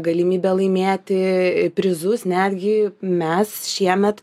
galimybė laimėti prizus netgi mes šiemet